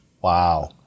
wow